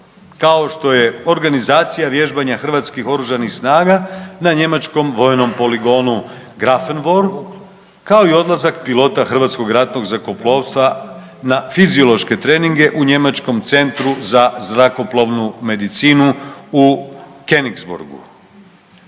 kao što je organizacija vježbanja hrvatskih OS-a na njemačkog vojnom poligonu Grafenwöhr, kao i odlazak pilota HRZ-a na fiziološke treninge u njemačkom Centru za zrakoplovnu medicinu Konigsbrucku.